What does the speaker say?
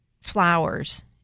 flowers